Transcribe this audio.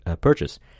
purchase